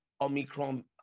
Omicron